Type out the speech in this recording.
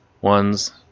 ones